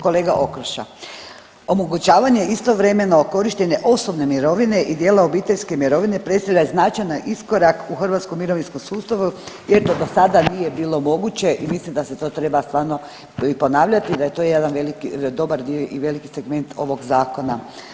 Kolega Okroša, omogućavanje istovremeno korištenje osobne mirovine i dijela obiteljske mirovine predstavlja značajan iskorak u hrvatskom mirovinskom sustavu, jer to do sada nije bilo moguće i mislim da se to treba stvarno ponavljati, da je to jedan veliki i dobar dio i veliki segment ovog zakona.